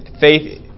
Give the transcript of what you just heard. Faith